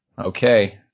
Okay